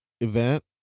event